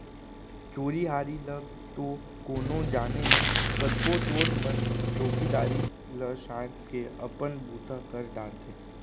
चोरी हारी ल तो कोनो जाने नई, कतको चोर मन चउकीदार ला सांट के अपन बूता कर डारथें